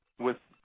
with